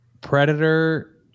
predator